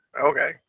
Okay